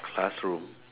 classroom